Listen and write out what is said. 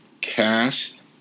cast